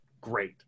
great